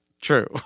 true